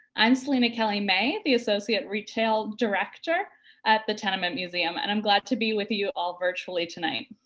i'm celina kelly may the associate retail director at the tenement museum and i'm glad to be with you all virtually tonight.